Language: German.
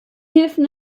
hilfen